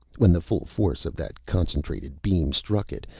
when the full force of that concentrated beam struck it,